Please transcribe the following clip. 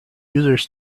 users